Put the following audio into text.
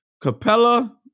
Capella